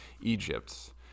Egypt